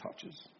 touches